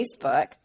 Facebook